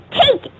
Take